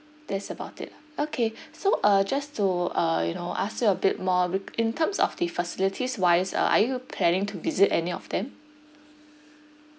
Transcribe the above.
that's about it okay so uh just to uh you know ask you a bit more in terms of the facilities wise are you planning to visit any of them